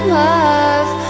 love